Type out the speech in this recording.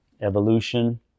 evolution